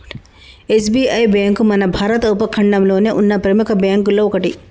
SBI bank మన భారత ఉపఖండంలోనే ఉన్న ప్రెముఖ బ్యేంకుల్లో ఒకటి